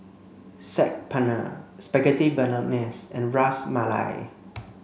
Saag Paneer Spaghetti Bolognese and Ras Malai